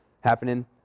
happening